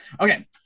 okay